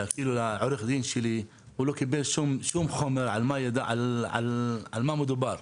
העורך דין שלי לא קיבל עד עכשיו שום חומר על מה מדובר.